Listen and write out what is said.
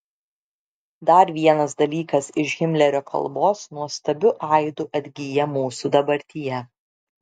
dar vienas dalykas iš himlerio kalbos nuostabiu aidu atgyja mūsų dabartyje